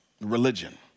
religion